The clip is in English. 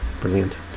Brilliant